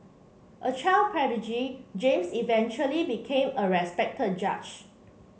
a child prodigy James eventually became a respected judge